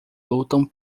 lutam